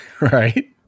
right